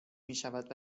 میشود